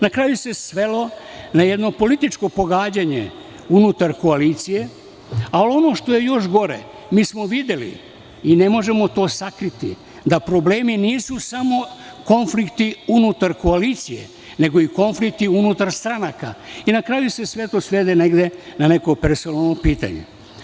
Na kraju se svelo na jedno političko pogađanje unutar koalicije, a ono što je još gore, mi smo videli i ne možemo to sakriti, da problemi nisu samo konflikti unutar koalicije, nego i konflikti unutar stranaka, jer na kraju se sve to svede negde na neko personalno pitanje.